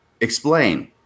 explain